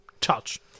touch